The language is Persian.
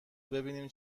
ببینیم